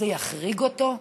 זה יחריג אותו?